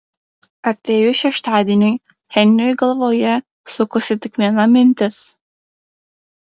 atėjus šeštadieniui henriui galvoje sukosi tik viena mintis